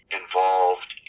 involved